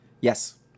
Yes